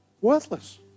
Worthless